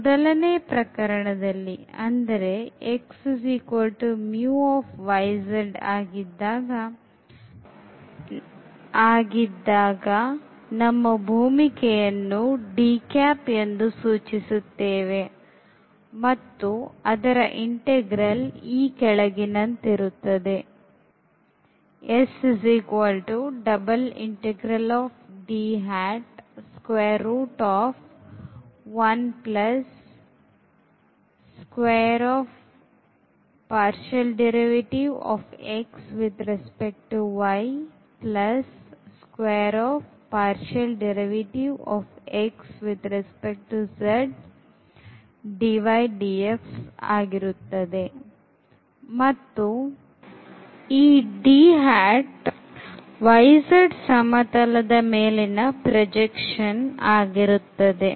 ಮೊದಲನೇ ಪ್ರಕರಣದಲ್ಲಿ ಅಂದರೆ xμyz ಆಗಿದ್ದಾಗ ನಮ್ಮ ಭೂಮಿಕೆಯನ್ನು ಎಂದು D ಸೂಚಿಸುತ್ತೇವೆ ಮತ್ತು ಅದರ ಇಂಟೆಗ್ರಲ್ ಈ ಕೆಳಗಿನಂತಿರುತ್ತದೆ ಮತ್ತುಈ yz ಸಮತಲದ ಮೇಲಿನಪ್ರಜೆಕ್ಷನ್ ಆಗಿರುತ್ತದೆ